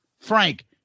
Frank